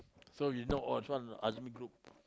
so we know oh this one Azmi group